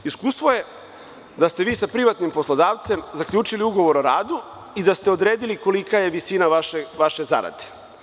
Iskustvo je da ste vi sa privatnim poslodavcem zaključili ugovor o radu i da ste odredili kolika je visina vaše zarade.